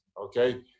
Okay